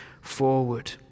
forward